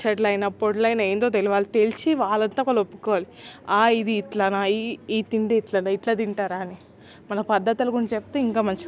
పచ్చడలయిన పొడులయిన ఏందో తెలవాలి తెలిసి వాళ్ళంతట వాళ్ళొప్పుకోవాలి ఇది ఇట్లాన ఈ తిండి ఇట్లాన ఇట్లా తింటారా అని మన పద్ధతులు గురించి చెప్తే ఇంకా మంచి గుంటది